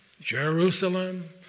Jerusalem